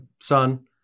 son